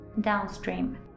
downstream